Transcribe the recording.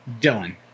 Dylan